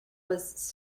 was